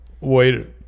wait